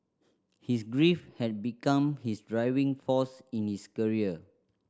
his grief had become his driving force in his career